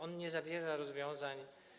On nie zawiera rozwiązań.